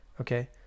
Okay